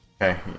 Okay